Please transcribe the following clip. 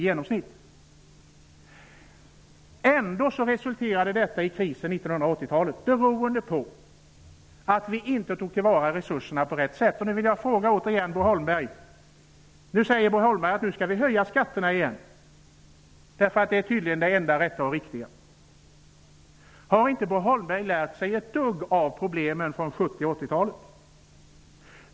Trots detta hade vi under 1980-talet en kris inom sjukvården, beroende på att vi inte tog till vara resurserna på sätt sätt. Bo Holmberg säger nu att vi på nytt skall höja skatterna -- det är tydligen det enda rätta och riktiga. Jag vill då återigen fråga Bo Holmberg: Har inte Bo Holmberg lärt sig ett dugg av problemen från 70 och 80-talen?